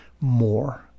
more